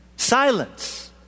Silence